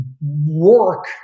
work